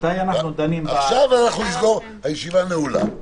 הישיבה נעולה.